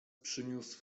przyniósł